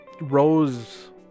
Rose